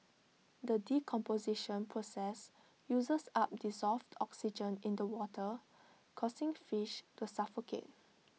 the decomposition process uses up dissolved oxygen in the water causing fish to suffocate